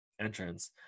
entrance